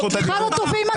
אחד הטובים.